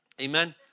Amen